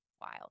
Wild